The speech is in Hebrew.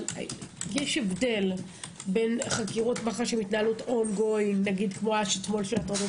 אבל יש הבדל בין חקירות מח"ש שמתנהלות באופן שוטף כמו הטרדות